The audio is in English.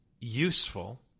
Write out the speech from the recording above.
useful